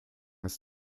ist